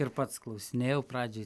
ir pats klausinėjau pradžioj